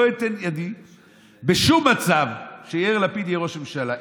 לא אתן ידי בשום מצב שיאיר לפיד יהיה ראש ממשלה,